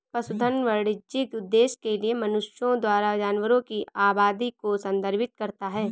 पशुधन वाणिज्यिक उद्देश्य के लिए मनुष्यों द्वारा जानवरों की आबादी को संदर्भित करता है